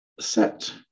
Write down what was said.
set